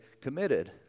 committed